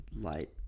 light